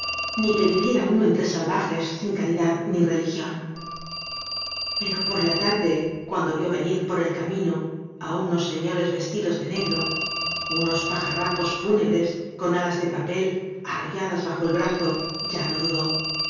ni que vi viera uno entre óvajeáin caridad ni religión pero por la tarde cuando vió venir put ei camino á unos señores vestidos de negro unos pajarracos fúnebres con alas de papel arrolladas bajo el brazo ya no dudó